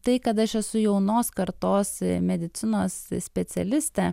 tai kad aš esu jaunos kartos medicinos specialistė